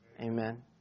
Amen